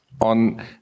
on